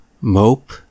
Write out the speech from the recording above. Mope